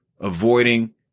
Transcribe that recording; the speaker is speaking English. avoiding